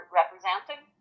representing